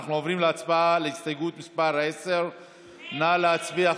אנחנו עוברים להצבעה על הסתייגות מס' 10. נא להצביע,